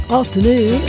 afternoon